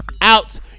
out